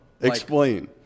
Explain